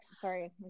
sorry